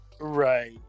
Right